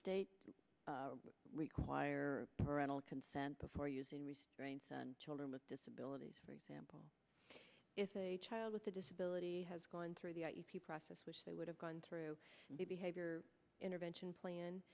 states require parental consent before using restraints on children with disabilities for example if a child with a disability has gone through the process which they would have gone through the behavior intervention plan